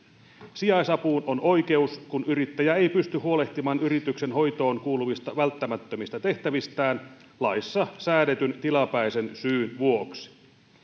sijaisapuun on oikeus kun yrittäjä ei pysty huolehtimaan yrityksen hoitoon kuuluvista välttämättömistä tehtävistään laissa säädetyn tilapäisen syyn vuoksi